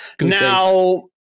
Now